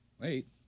Wait